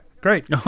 Great